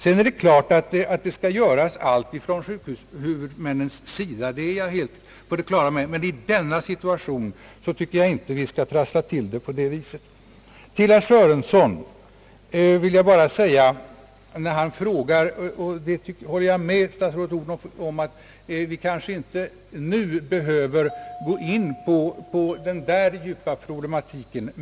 Sedan är det klart att sjukhushuvudmännen skall göra allt de kan, det är jag medveten om. I anledning av herr Sörensons fråga håller jag med statsrådet Odhnoff om att vi kanske inte nu behöver gå in på denna djupa problematik.